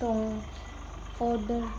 ਤੋਂ ਆਰਡਰ